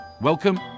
Welcome